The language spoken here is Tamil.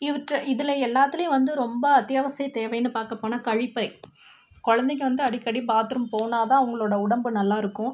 இவற்றை இதில் எல்லாத்துலேயும் வந்து ரொம்ப அத்தியாவசிய தேவைன்னு பார்க்கப் போனால் கழிப்பறை குழந்தைங்க வந்து அடிக்கடி பாத்ரூம் போனால் தான் அவங்களோட உடம்பு நல்லாயிருக்கும்